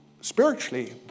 spiritually